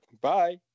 bye